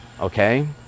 okay